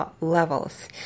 levels